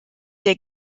der